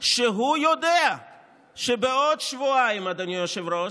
שיודע שבעוד שבועיים, אדוני היושב-ראש,